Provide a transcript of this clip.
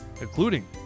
including